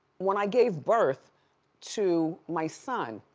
when i gave birth to my son,